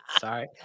Sorry